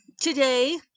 today